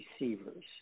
receivers